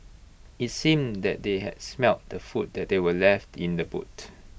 IT seemed that they had smelt the food that were left in the boot